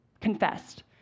confessed